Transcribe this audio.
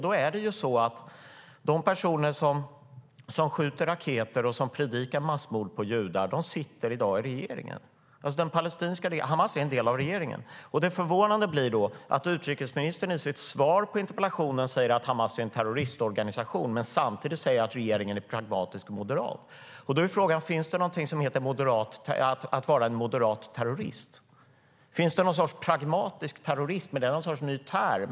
Då är det så att de personer som skjuter raketer och predikar massmord på judar i dag sitter i regeringen. Hamas är en del av regeringen. Det är då förvånande att utrikesministern i sitt svar på interpellationen säger att Hamas är en terroristorganisation och samtidigt säger att regeringen är pragmatisk och moderat. Då är frågan: Kan man vara moderat terrorist? Finns det någon sorts pragmatisk terrorist? Är det någon sorts ny term?